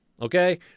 okay